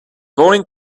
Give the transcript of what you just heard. boring